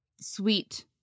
sweet